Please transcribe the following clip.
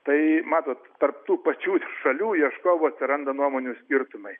tai matot tarp tų pačių šalių ieškovų atsiranda nuomonių skirtumai